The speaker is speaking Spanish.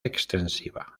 extensiva